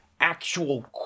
actual